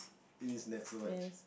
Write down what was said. it needs nap so much